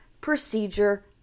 procedure